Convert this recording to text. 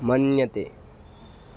मन्यते